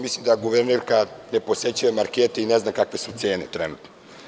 Mislim da guvernerka ne posećuje markete i ne zna kakve su cene trenutno.